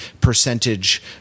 percentage